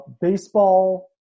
baseball